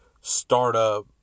startup